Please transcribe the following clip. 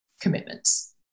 commitments